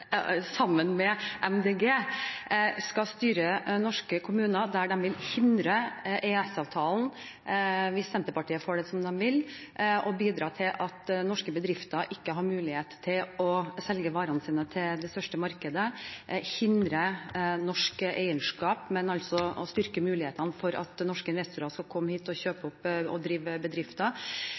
vil hindre EØS-avtalen – hvis Senterpartiet får det som de vil – og bidra til at norske bedrifter ikke har mulighet til å selge varene sine på det største markedet. De vil også hindre norsk eierskap og styrke mulighetene for utenlandske investorer til å komme hit og kjøpe opp og drive bedrifter.